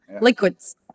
Liquids